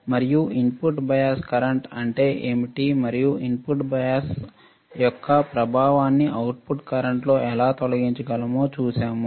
మరియు input bias current అంటే ఏమిటి మరియు ఇన్పుట్ బయాస్ యొక్క ప్రభావాన్ని అవుట్పుట్ కరెంట్ లో ఎలా తొలగించగలమో మనం చూశాము